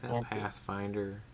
Pathfinder